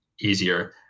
easier